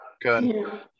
good